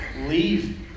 leave